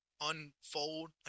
unfold